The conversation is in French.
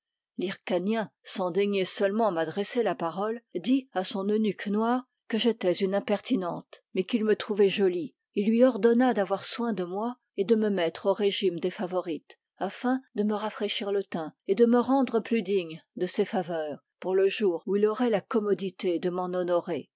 sans daigner seulement m'adresser la parole dit à son eunuque noir que j'étais une impertinente mais qu'il me trouvait jolie il lui ordonna d'avoir soin de moi et de me mettre au régime des favorites afin de me rafraîchir le teint et de me rendre plus digne de ses faveurs pour le jour où il aurait la commodité de m'en honorer